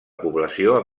població